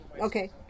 Okay